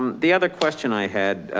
the other question i had,